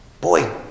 Boy